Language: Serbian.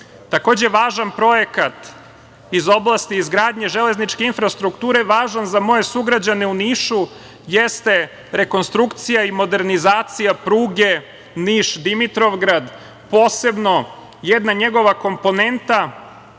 Takođe, važan projekat iz oblasti izgradnje železničke infrastrukture, važan za moje sugrađane u Nišu, jeste rekonstrukcija i modernizacija pruge Niš Dimitrovgrad, posebno jedna njegova komponenta